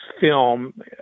film